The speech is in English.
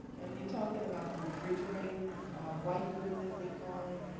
and you're talking about refrigerators white goods, as they call it